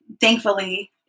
thankfully